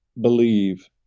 believe